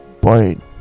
boring